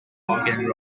toboggan